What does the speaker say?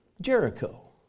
Jericho